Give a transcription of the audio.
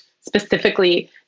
specifically